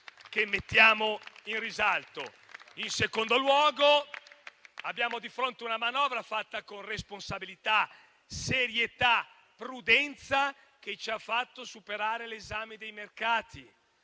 che mettiamo in risalto. In secondo luogo, abbiamo di fronte una manovra fatta con responsabilità, serietà, prudenza, che ci ha fatto superare l'esame dei mercati,